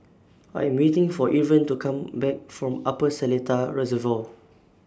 I Am waiting For Irven to Come Back from Upper Seletar Reservoir